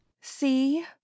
See